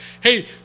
hey